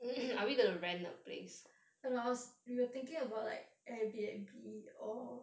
ya lah I was we were thinking about like air b n b or